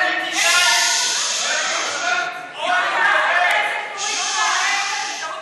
יושבים רק ממערכת המשפט.